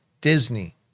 Disney